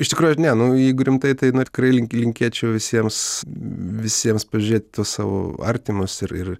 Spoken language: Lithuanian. iš tikrųjų ne nu jeigu rimtai tai tikrai link linkėčiau visiems visiems pažiūrėt į tuos savo artimus ir ir